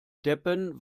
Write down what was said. deppen